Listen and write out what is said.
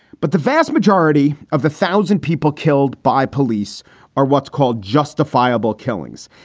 but the vast majority of the thousand people killed by police are what's called justifiable killings.